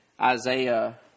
Isaiah